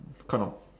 kind of